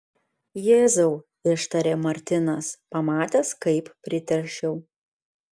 jėzau ištarė martinas pamatęs kaip priteršiau